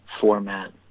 format